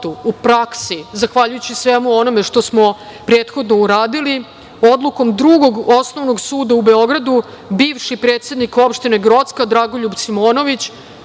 u praksi zahvaljujući svemu onome što smo prethodno uradili, odlukom Drugog osnovnog suda u Beogradu, bivši predsednik opštine Grocka, Dragoljub Simonović